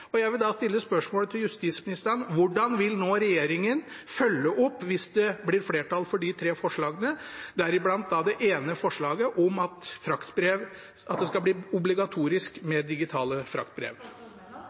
og jeg vil da stille spørsmålet til justisministeren: Hvordan vil regjeringen følge opp hvis det blir flertall for de tre forslagene, deriblant det ene forslaget om at det skal bli obligatorisk